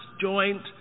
joint